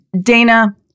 Dana